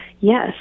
Yes